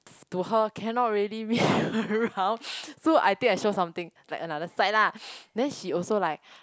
to her cannot really meme around so I think I show something like another side lah then she also like